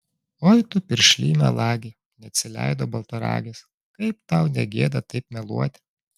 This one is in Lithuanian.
oi tu piršly melagi neatsileido baltaragis kaip tau ne gėda taip meluoti